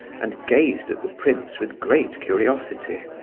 and gazed at the prince with great curiosity.